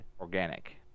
organic